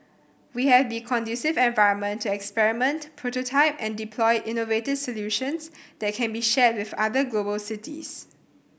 we have the conducive environment to experiment prototype and deploy innovative solutions that can be shared with other global cities